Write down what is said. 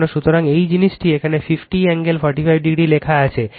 সুতরাং একই জিনিস এখানে 50 কোণ 45 ডিগ্রি লেখা আছে